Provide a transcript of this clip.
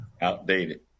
outdated